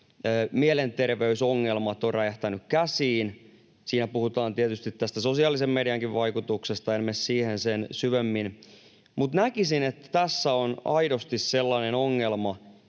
mielenterveysongelmat ovat räjähtäneet käsiin. Siinä puhutaan tietysti tästä sosiaalisen mediankin vaikutuksesta. En mene siihen sen syvemmin. Mutta näkisin, että tässä on aidosti sellainen ongelma,